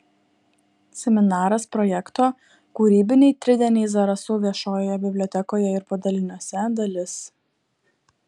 seminaras projekto kūrybiniai tridieniai zarasų viešojoje bibliotekoje ir padaliniuose dalis